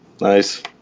Nice